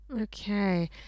Okay